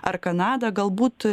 ar kanada galbūt